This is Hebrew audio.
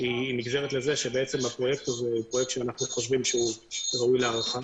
היא נגזרת לזה שהפרויקט הזה הוא פרויקט שאנחנו חושבים שהוא ראוי להערכה.